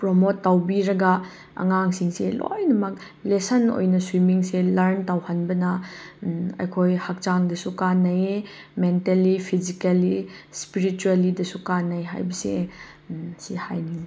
promote ꯇꯧꯕꯤꯔꯒ ꯑꯉꯥꯡꯁꯤꯡꯁꯦ ꯂꯣꯏꯅꯃꯛ ꯂꯦꯁꯟ ꯑꯣꯏꯅ ꯁ꯭ꯋꯤꯃꯤꯡꯁꯦ ꯂꯔꯟ ꯇꯧꯍꯟꯕꯅ ꯑꯩꯈꯣꯏ ꯍꯛꯆꯥꯡꯗꯁꯨ ꯀꯥꯟꯅꯩꯌꯦ ꯃꯦꯟꯇꯦꯜꯂꯤ ꯐꯤꯖꯤꯀꯦꯜꯂꯤ ꯁ꯭ꯄꯤꯔꯤꯠꯆꯨꯋꯦꯜꯂꯤꯗꯁꯨ ꯀꯥꯟꯅꯩ ꯍꯥꯏꯕꯁꯦ ꯁꯤ ꯍꯥꯏꯅꯤꯡꯏ